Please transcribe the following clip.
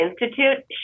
Institute